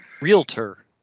Realtor